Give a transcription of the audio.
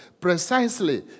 precisely